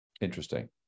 Interesting